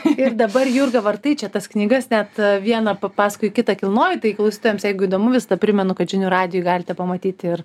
ir dabar jurga vartai čia tas knygas net vieną paskui kitą kilnoji tai klausytojams jeigu įdomu visada primenu kad žinių radijui galite pamatyti ir